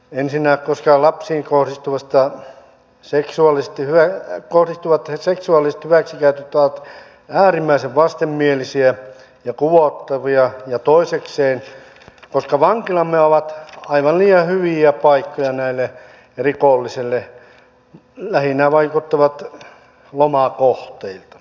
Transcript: ensinnä koska lapsiin kohdistuvasta seksuaalisesti hyvä ja korostuvat kohdistuvat seksuaaliset hyväksikäytöt ovat äärimmäisen vastenmielisiä ja kuvottavia ja toisekseen koska vankilamme ovat aivan liian hyviä paikkoja näille rikollisille lähinnä vaikuttavat lomakohteilta